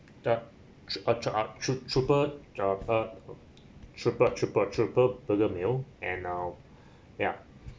uh tr~ uh trooper of uh trooper trooper trooper burger meal and uh yup